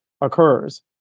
occurs